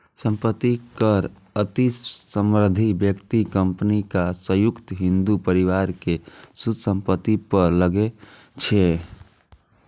संपत्ति कर अति समृद्ध व्यक्ति, कंपनी आ संयुक्त हिंदू परिवार के शुद्ध संपत्ति पर लागै छै